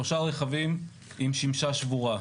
שלושה רכבים עם שמשה שבורה.